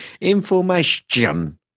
Information